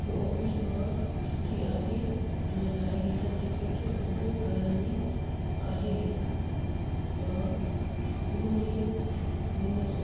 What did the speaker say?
office मां छुटी आहे इन लाइ हिकु टिकट बुकिंग कराइणी आहे मां पूने वेंदसि